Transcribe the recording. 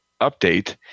update